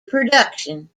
production